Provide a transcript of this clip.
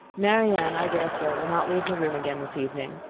marianne, i dare say, will not leave her room again this evening.